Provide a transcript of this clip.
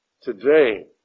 today